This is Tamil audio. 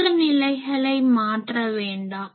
மற்ற நிலைகளை மாற்ற வேண்டாம்